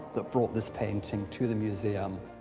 that brought this painting to the museum.